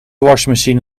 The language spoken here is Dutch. wasmachine